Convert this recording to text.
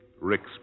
Rick's